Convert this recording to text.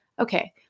Okay